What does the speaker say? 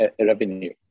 revenue